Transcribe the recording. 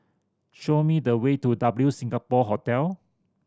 show me the way to W Singapore Hotel